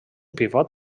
pivot